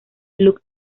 luc